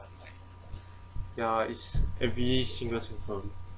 ya it's at least it's confirmed